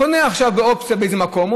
קונה עכשיו באופציה באיזשהו מקום.